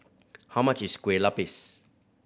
how much is Kueh Lupis